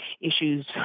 issues